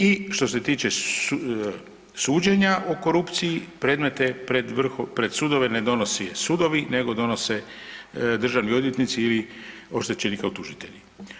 I što se tiče suđenja u korupciji predmete pred sudove ne donose sudovi, nego donose državni odvjetnici ili oštećeni kao tužitelji.